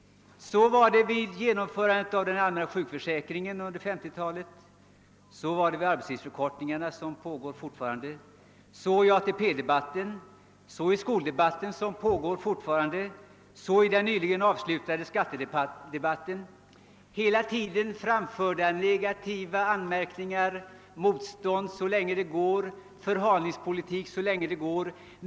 Så var det vid genomförandet av den allmänna sjukförsäkringen under 1950-talet, så var det vid genomförandet av den arbetstidsförkortning som fortfarande pågår, så var det i ATP-debatten, så var det i skoldebatten, som fortfarande pågår, och så var det i den nyligen avslutade skattedebatten. Hela tiden har framförts negativa anmärkningar. Det har varit motstånd så länge det gått, förhalningspolitik så länge det gått.